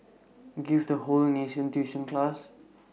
give the whole nation tuition class